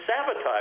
sabotage